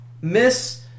Miss